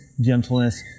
gentleness